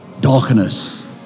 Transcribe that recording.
darkness